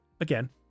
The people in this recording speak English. Again